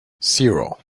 zero